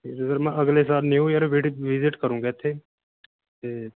ਫਿਰ ਸਰ ਮੈਂ ਅਗਲੇ ਸਾਲ ਨਿਊ ਈਅਰ ਵਿਜਿਟ ਕਰੂੰਗਾ ਇੱਥੇ ਅਤੇ